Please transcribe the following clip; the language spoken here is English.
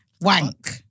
Wank